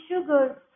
sugar